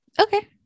okay